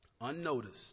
unnoticed